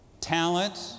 Talent